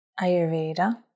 Ayurveda